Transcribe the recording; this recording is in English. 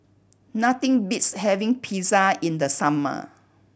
nothing beats having Pizza in the summer